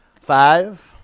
Five